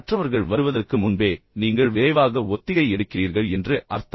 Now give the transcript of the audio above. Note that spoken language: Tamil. மற்றவர்கள் வருவதற்கு முன்பே நீங்கள் விரைவாக ஒத்திகை எடுக்கிறீர்கள் என்று அர்த்தம்